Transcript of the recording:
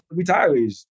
retirees